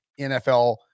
NFL